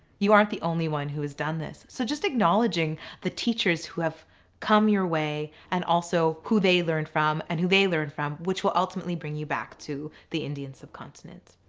you aren't the only one who has done this. so just acknowledging the teachers who have come your way and also who they learned from, and who they learned from, which will ultimately bring you back to the indian subcontinent.